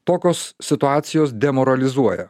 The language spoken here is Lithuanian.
tokios situacijos demoralizuoja